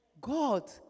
God